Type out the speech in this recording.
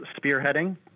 spearheading